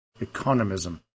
economism